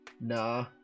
nah